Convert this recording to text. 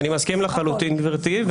אני מסכים לחלוטין גברתי,